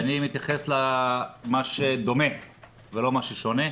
אני מתייחס למה שדומה ולא מה ששונה.